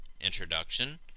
introduction